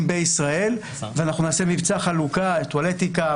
בישראל ואנחנו נעשה מבצע חלוקה של טואלטיקה,